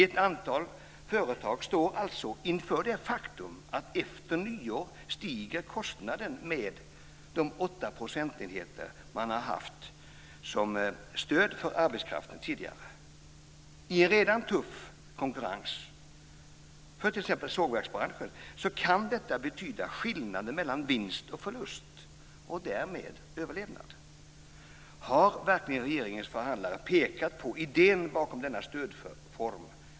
Ett antal företag står alltså inför det faktum att kostnaden, efter nyår, stiger med de åtta procentenheter som de har haft som stöd för arbetskraften tidigare. I en redan tuff konkurrens för t.ex. sågverksbranschen kan detta betyda skillnaden mellan vinst och förlust. Det handlar därmed om överlevnad. Har verkligen regeringens förhandlare pekat på idén bakom denna stödform?